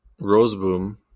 Roseboom